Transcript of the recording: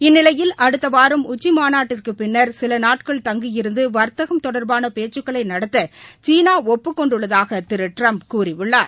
இந்நிலையில் அடுத்த வாரம் உச்சிமாநாட்டுக்குப் பின்னா் சில நாட்கள் தங்கியிருந்து வா்த்தகம் தொடர்பான பேச்சுக்களை நடத்த சீனா ஒப்புக் கெண்டுள்ளதாக திரு ட்டிரம்ப் கூறியுள்ளார்